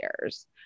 years